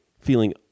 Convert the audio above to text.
feeling